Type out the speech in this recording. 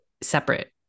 separate